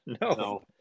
No